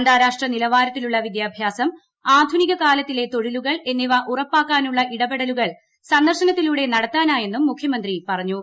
അന്താരാഷ്ട്ര നിലവാരത്തിലുള്ള വിദ്യാഭ്യാസം ആധുനിക കാലത്തിലെ തൊഴിലുകൾ എന്നിവ ഉറപ്പാക്കാനുള്ള ഇടപെടലുകൾ സന്ദർശനത്തിലൂടെ നടത്താനായെന്നും മുഖ്യമന്ത്രി പറഞ്ഞു